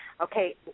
Okay